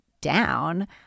down